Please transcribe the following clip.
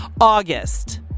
August